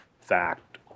fact